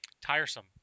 tiresome